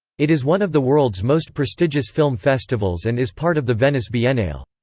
it is one of the world's most prestigious film festivals and is part of the venice biennale.